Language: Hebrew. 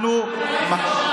כל אחד יכול,